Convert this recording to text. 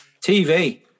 TV